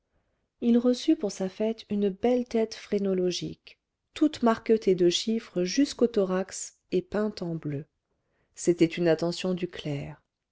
il reçut pour sa fête une belle tête phrénologique toute marquetée de chiffres jusqu'au thorax et peinte en bleu c'était une attention du clerc